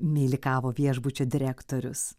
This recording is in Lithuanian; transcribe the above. meilikavo viešbučio direktorius